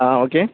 ஆ okay